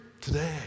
today